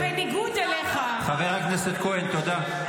בניגוד אליך --- חבר הכנסת כהן, תודה.